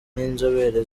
n’inzobere